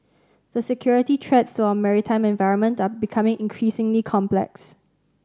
the security threats to our maritime environment are becoming increasingly complex